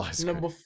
number